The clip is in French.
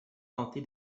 tenté